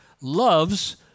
loves